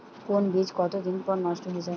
কোন বীজ কতদিন পর নষ্ট হয়ে য়ায়?